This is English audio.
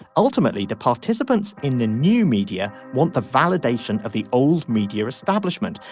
ultimately the participants in the new media want the validation of the old media establishment.